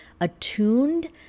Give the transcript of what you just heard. attuned